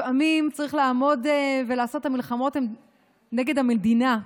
לפעמים צריך לעמוד ולעשות את המלחמות נגד המדינה,